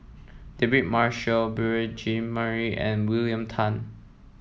David Marshall Beurel Jean Marie and William Tan